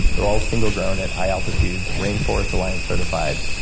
they're all single ground at high altitudes. rainforest alliance certified.